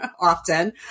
often